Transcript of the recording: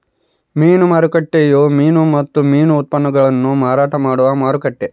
ಮೀನು ಮಾರುಕಟ್ಟೆಯು ಮೀನು ಮತ್ತು ಮೀನು ಉತ್ಪನ್ನಗುಳ್ನ ಮಾರಾಟ ಮಾಡುವ ಮಾರುಕಟ್ಟೆ